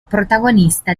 protagonista